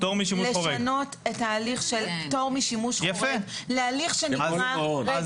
לשנות את ההליך של פטור משימוש חורג להליך שנקרא